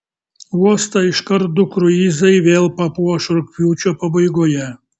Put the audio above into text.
uostą iškart du kruizai vėl papuoš rugpjūčio pabaigoje